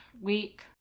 week